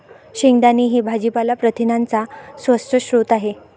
शेंगदाणे हे भाजीपाला प्रथिनांचा स्वस्त स्रोत आहे